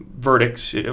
verdicts